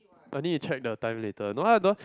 I need check the time later no lah don't